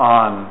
on